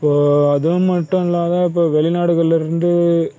இப்போது அதுமட்டும் இல்லாத இப்போது வெளிநாடுகள்லேருந்து